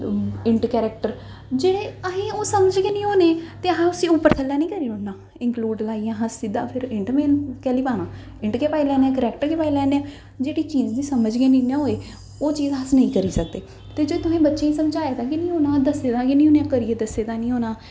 int character जे असेंगी ओह् समझ गै निं होनी ते असें उस्सी उप्पर थ'ल्लै निं करी उड़ना इंक्लूड़ लाइयै फिर कैह्ली लाना इंट गै लाईं लैनें आं करैक्टर गै लाईं लैनें आं जेह्ड़ी चीज दी समझ गै निना होए ओह् चीज अस नेईं करी सकदे ते जे तोहें बच्चें गी समझाया गै नेईं दस्से दा गै नेईं उ'नें गी दस्से दा निं होना